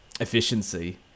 efficiency